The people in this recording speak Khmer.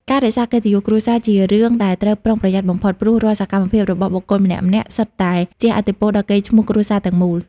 ការរក្សាកិត្តិយសគ្រួសារជារឿងដែលត្រូវប្រុងប្រយ័ត្នបំផុត ព្រោះរាល់សកម្មភាពរបស់បុគ្គលម្នាក់ៗ សុទ្ធតែជះឥទ្ធិពលដល់កេរ្តិ៍ឈ្មោះគ្រួសារទាំងមូល។